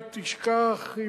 אם תשכח,